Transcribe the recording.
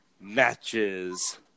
Matches